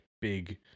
big